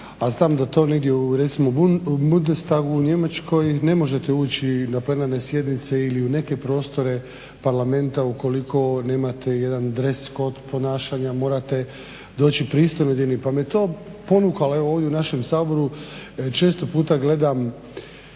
a znam da to negdje u recimo u Bundestagu u Njemačkoj ne možete ući na plenarne sjednice ili u neke prostore Parlamenta ukoliko nemate jedan dress code ponašanja. Morate doći pristojno odjeveni, pa me to ponukalo evo ovdje u našem Saboru često puta gledam